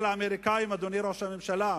אדוני ראש הממשלה,